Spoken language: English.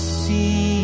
see